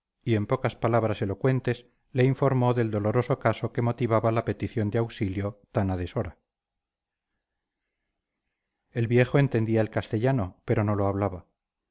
y en pocas palabras elocuentes le informó del doloroso caso que motivaba la petición de auxilio tan a deshora el viejo entendía el castellano pero no lo hablaba